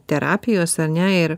terapijos ane ir